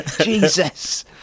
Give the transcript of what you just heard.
Jesus